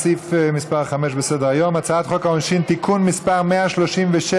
סעיף מס' 4 בסדר-היום: הצעת חוק העונשין (תיקון מס' 136),